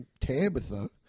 Tabitha